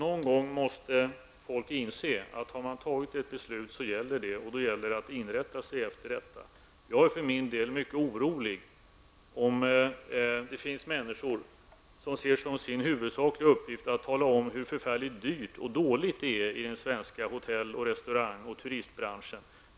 Herr talman! Någon gång måste folk inse att har man fattat ett beslut gäller det. Sedan måste man inrätta sig efter detta. Jag är för min del mycket orolig, om det finns människor som ser som sin huvudsakliga uppgift att tala om hur förfärligt dyrt och dåligt det är i den svenska hotell-, restaurangoch turistbranschen.